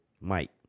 Mike